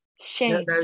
Shame